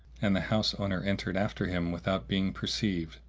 and the house owner entered after him without being perceived.